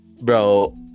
bro